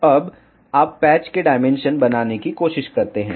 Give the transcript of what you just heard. अब आप पैच के डायमेंशन बनाने की कोशिश करते हैं